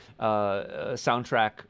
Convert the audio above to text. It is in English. soundtrack